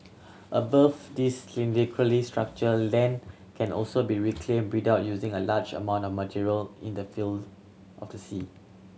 above this structure land can also be reclaimed without using a large amount of material in the fills of the sea